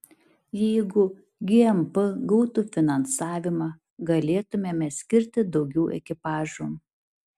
jeigu gmp gautų finansavimą galėtumėme skirti daugiau ekipažų